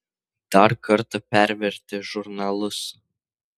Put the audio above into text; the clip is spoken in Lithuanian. dar kartą pervertė žurnalus